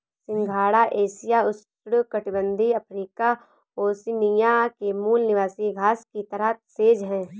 सिंघाड़ा एशिया, उष्णकटिबंधीय Africa, Oceania के मूल निवासी घास की तरह सेज है